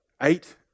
eight